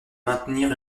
maintenir